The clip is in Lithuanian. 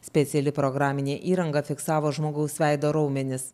speciali programinė įranga fiksavo žmogaus veido raumenis